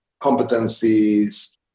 competencies